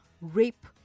rape